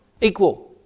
equal